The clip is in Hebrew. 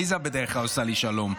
עליזה בדרך כלל עושה לי שלום.